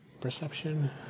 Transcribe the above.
Perception